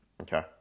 Okay